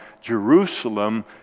Jerusalem